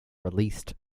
released